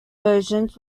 versions